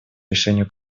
решению